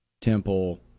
Temple